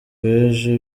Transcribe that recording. w’ejo